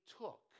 took